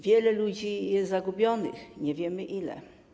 Wiele ludzi jest zagubionych, nie wiemy, ile.